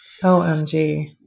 Omg